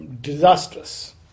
disastrous